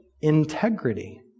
integrity